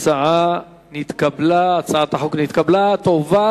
ההצעה להעביר את הצעת חוק זכויות הסטודנט (תיקון מס' 2)